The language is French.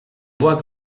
bois